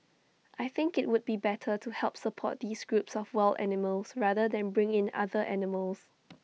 I think IT would be better to help support these groups of wild animals rather than bring in other animals